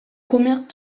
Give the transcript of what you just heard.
commerce